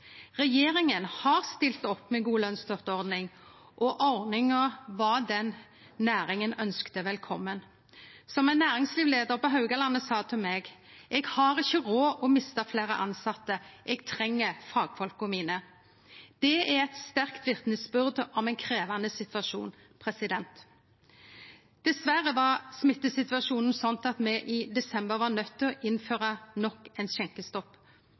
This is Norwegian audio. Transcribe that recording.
Regjeringa har stilt opp med ei god lønsstøtteordning, og næringa ønskte ordninga velkomen. Som ein næringslivsleiar på Haugalandet sa til meg: Eg har ikkje råd til å miste fleire tilsette. Eg treng fagfolka mine. Det er eit sterkt vitnesbyrd om ein krevjande situasjon. Dessverre var smittesituasjonen slik at me i desember var nøydde til å innføre nok ein skjenkestopp,